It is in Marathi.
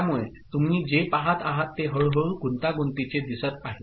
त्यामुळे तुम्ही जे पाहत आहात ते हळू हळू गुंतागुंतीचे दिसत आहे